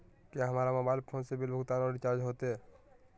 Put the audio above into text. क्या हमारा mobile phone से बिल भुगतान और रिचार्ज होते?